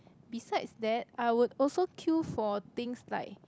besides that I will also queue for things like